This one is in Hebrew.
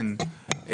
כן,